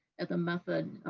and the method,